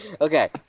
Okay